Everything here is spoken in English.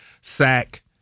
sack